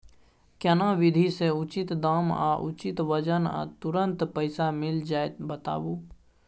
केना विधी से उचित दाम आ उचित वजन आ तुरंत पैसा मिल जाय बताबू?